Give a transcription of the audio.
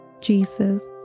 Jesus